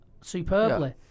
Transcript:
superbly